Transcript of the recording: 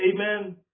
Amen